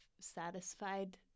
satisfied